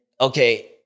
okay